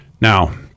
Now